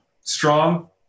strong